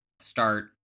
start